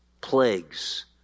Plagues